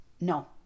No